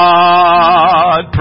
God